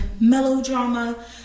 melodrama